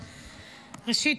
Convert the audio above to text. ראשית,